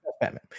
Batman